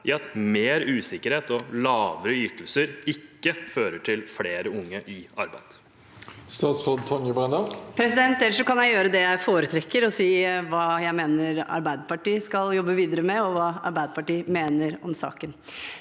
i at mer usikkerhet og lavere ytelser ikke fører til flere unge i arbeid. Statsråd Tonje Brenna Jeg kan også gjø- re det jeg foretrekker: å si hva jeg mener Arbeiderpartiet skal jobbe videre med, og hva Arbeiderpartiet mener om saken.